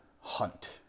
hunt